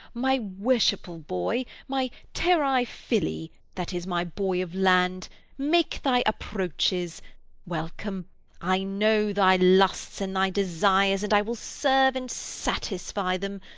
my worshipful boy, my terrae fili, that is, my boy of land make thy approaches welcome i know thy lusts, and thy desires, and i will serve and satisfy them.